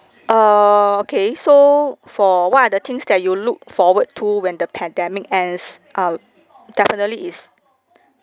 err okay so for what are the things that you look forward to when the pandemic ends uh definitely is